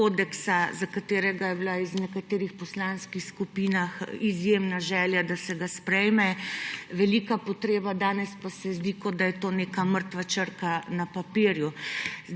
kodeksa, za katerega je bila iz nekaterih poslanskih skupin izjemna želja, da se ga sprejme, velika potreba. Danes pa se zdi kot da je to neka mrtva črka na papirju.